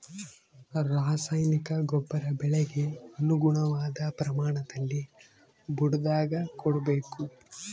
ರಾಸಾಯನಿಕ ಗೊಬ್ಬರ ಬೆಳೆಗೆ ಅನುಗುಣವಾದ ಪ್ರಮಾಣದಲ್ಲಿ ಬುಡದಾಗ ಕೊಡಬೇಕು